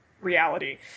reality